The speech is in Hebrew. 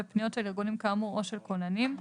ופניות של ארגונים כאמור או של כוננים,